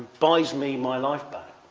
buys me my life back.